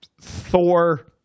Thor